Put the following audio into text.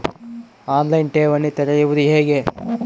On line ಠೇವಣಿ ತೆರೆಯುವುದು ಹೇಗೆ?